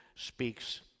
speaks